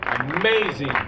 amazing